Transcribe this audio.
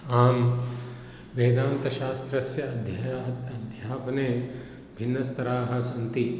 आम् वेदान्तशास्त्रस्य अध्य अध्यापने भिन्नाः स्तराः सन्ति